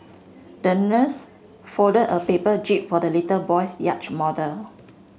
the nurse folded a paper jib for the little boy's yacht model